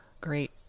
great